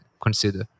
consider